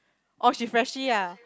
orh she freshie ya